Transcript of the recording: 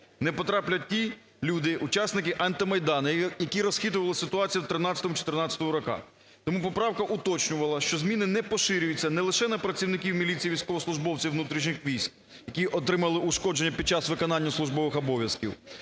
не потраплять ті люди, учасники "антимайдану", які розхитували ситуацію в 2013-2014 роках. Тому поправка уточнювала, що зміни не поширюються не лише на працівників міліції, військовослужбовців внутрішніх військ, які отримали ушкодження під час виконання службових обов'язків,